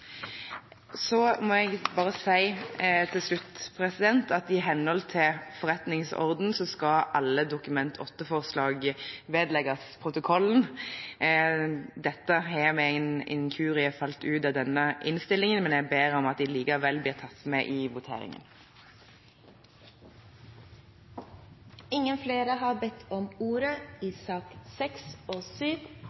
Så må jeg bare si til slutt at i henhold til Stortingets forretningsorden skal alle Dokument 8-forslag vedlegges protokollen. Dette har ved en inkurie falt ut av innstillingen, men jeg ber om at det likevel blir tatt med i voteringen. Flere har ikke bedt om ordet